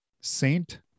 saint